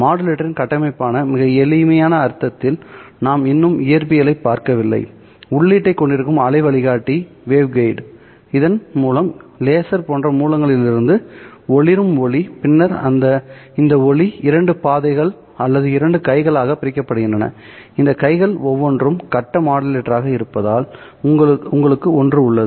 மாடுலேட்டரின் கட்டமைப்பான மிக எளிமையான அர்த்தத்தில் நாம் இன்னும் இயற்பியலைப் பார்க்கவில்லை உள்ளீட்டைக் கொண்டிருக்கும் அலை வழிகாட்டி இதன் மூலம் லேசர் போன்ற மூலங்களிலிருந்து ஒளிரும் ஒளி பின்னர் இந்த ஒளி 2 பாதைகள் அல்லது 2 கைகளாகப் பிரிக்கப்படுகின்றன இந்த கைகள் ஒவ்வொன்றும் கட்ட மாடுலேட்டராக இருப்பதால் உங்களுக்கு ஒன்று உள்ளது